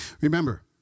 Remember